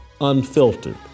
Unfiltered